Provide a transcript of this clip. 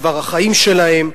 בדבר החיים שלהם,